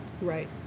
Right